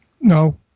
No